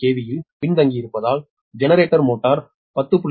45 KV இல் பின்தங்கியிருப்பதால் generator motor 10